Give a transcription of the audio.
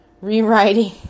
rewriting